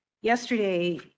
Yesterday